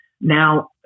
Now